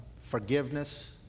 forgiveness